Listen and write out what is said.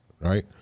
right